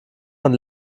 von